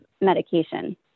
medication